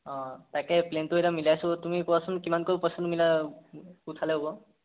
অঁ তাকে প্লেনটো এতিয়া মিলাইছোঁ তুমি কোৱাচোন কিমানকৈ পইচাটো মিলা উঠালে হ'ব